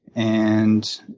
and